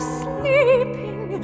sleeping